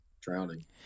drowning